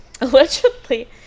allegedly